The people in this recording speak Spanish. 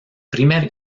primer